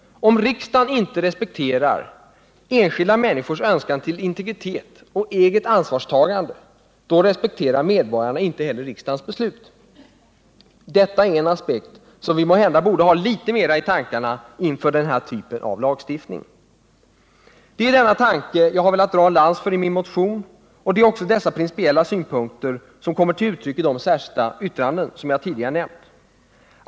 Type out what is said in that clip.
Om riksdagen inte respekterar enskilda människors önskan till integritet och eget ansvarstagande, då respekterar medborgarna inte heller riksdagens beslut. Detta är en aspekt som vi måhända borde ha litet mer i tankarna inför den här typen av lagstiftning. Det är denna tanke jag har velat dra en lans för i min motion, och det är dessa principiella synpunkter som också kommer till uttryck i de särskilda yttranden som jag tidigare nämnt.